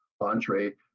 entree